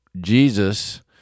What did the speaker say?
Jesus